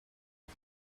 his